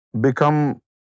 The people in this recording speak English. become